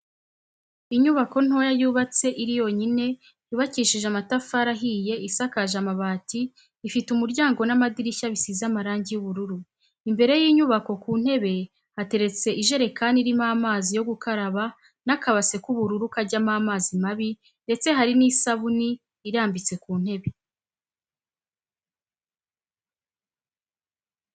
Inyubako ntoya yubatse iri yonyine, yubakishije amatafari ahiye isakaje amabati ifite umuryango n'amadirishya bisize amarangi y'ubururu, imbere y'inyubako ku ntebe hateretse ijerekani irimo amazi yo gukaraba n'akabase k'ubururu kajyamo amazi mabi ndetse hari n'isabuni irambitse ku ntebe.